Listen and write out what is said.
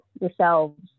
yourselves